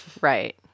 right